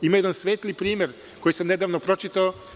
Ima jedan svetli primer koji sam nedavno pročitao.